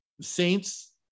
Saints